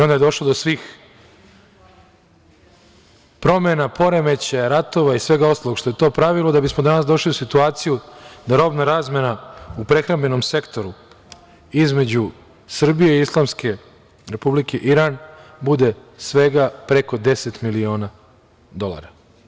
Onda je došlo do svih promena, poremećaja, ratova i svega ostalog što je to pravilo, da bismo danas došli u situaciju da robna razmena u prehrambenom sektoru između Srbije i Islamske Republike Iran bude svega preko deset miliona dolara.